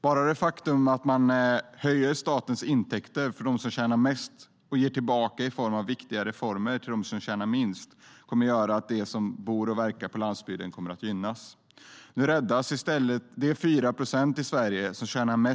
Bara att höja statens intäkter från dem som tjänar mest och ge tillbaka i form av olika viktiga reformer till dem som tjänar minst skulle göra att de som bor på landsbygden gynnas. Nu räddas i stället de 4 procent i Sverige som tjänar mest.